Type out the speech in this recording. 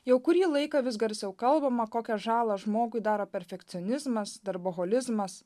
jau kurį laiką vis garsiau kalbama kokią žalą žmogui daro perfekcionizmas darboholizmas